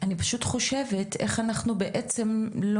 אני פשוט חושבת איך אנחנו בעצם לא